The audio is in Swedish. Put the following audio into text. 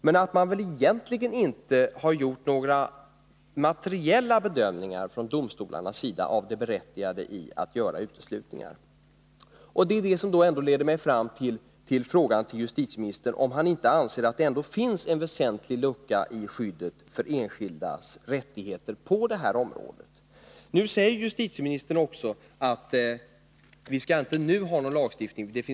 Men egentligen har väl domstolarna inte gjort några materiella bedömningar av det berättigade i gjorda uteslutningar? Det är detta som leder mig fram till frågan till justitieministern, om han inte anser att det finns en väsentlig lucka i skyddet för enskildas rättigheter på det här området. Nu säger justitieministern att det finns skäl att vänta med en lagstiftning.